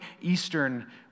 Eastern